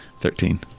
Thirteen